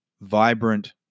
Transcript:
vibrant